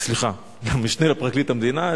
סליחה, המשנה לפרקליט המדינה,